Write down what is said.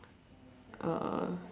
uh